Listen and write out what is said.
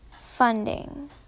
funding